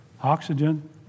oxygen